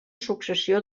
successió